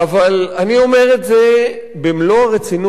אבל אני אומר את זה במלוא הרצינות,